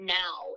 now